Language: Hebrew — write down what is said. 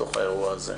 בתוך האירוע הזה.